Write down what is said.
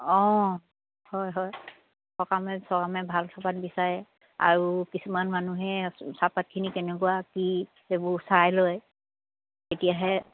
অঁ হয় হয় সকামে চকামে ভাল চাহপাত বিচাৰে আৰু কিছুমান মানুহে চাহপাতখিনি কেনেকুৱা কি এইবোৰ চাই লয় তেতিয়াহে